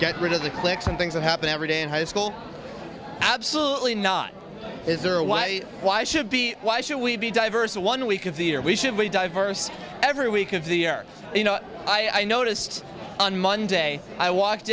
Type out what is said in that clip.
get rid of the cliques and things that happen every day in high school absolutely not is there a why why should be why should we be diverse one week of the year we should be diverse every week of the year you know i noticed on monday i walked